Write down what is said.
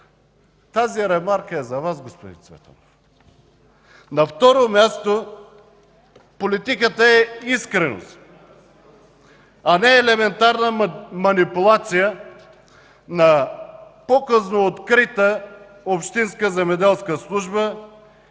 Тази ремарка е за Вас, господин Цветанов! На второ място, политиката е искреност, а не елементарна манипулация на показно открита общинска земеделска служба